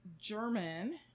German